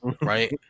right